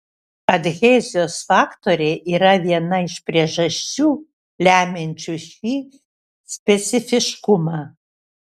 adhezijos faktoriai yra viena iš priežasčių lemiančių šį specifiškumą